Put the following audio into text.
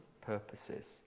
purposes